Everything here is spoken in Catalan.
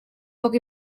poc